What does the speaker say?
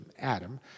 Adam